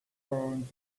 around